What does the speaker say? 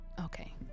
Okay